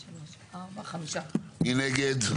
הצבעה בעד, 5 נגד,